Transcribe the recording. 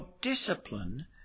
discipline